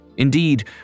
Indeed